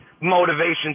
motivation